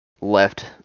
left